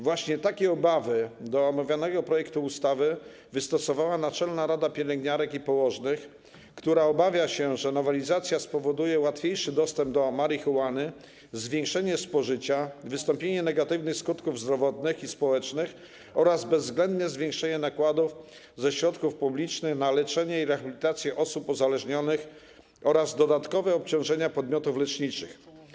Właśnie takie obawy dotyczące omawianego projektu ustawy wystosowała naczelna rada pielęgniarek i położonych, która obawia się, że nowelizacja spowoduje łatwiejszy dostęp do marihuany, zwiększenie spożycia, wystąpienie negatywnych skutków zdrowotnych i społecznych oraz bezwzględne zwiększenie nakładów ze środków publicznych na leczenie i rehabilitację osób uzależnionych oraz dodatkowe obciążenia podmiotów leczniczych.